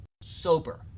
sober